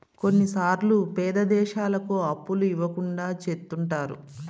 కొన్నిసార్లు పేద దేశాలకు అప్పులు ఇవ్వకుండా చెత్తుంటారు